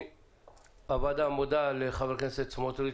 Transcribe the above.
הוועדה מודה לחבר הכנסת סמוטריץ'